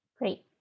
Great